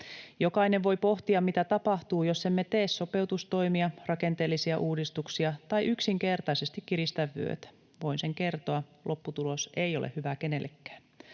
Jokainen voi pohtia, mitä tapahtuu, jos emme tee sopeutustoimia, rakenteellisia uudistuksia tai yksinkertaisesti kiristä vyötä. Voin sen kertoa: lopputulos ei ole hyvä kenellekään.